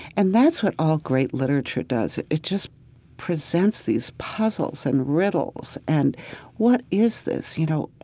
and that's what all great literature does. it just presents these puzzles and riddles and what is this, you know.